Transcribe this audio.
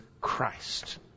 Christ